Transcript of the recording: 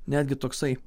netgi toksai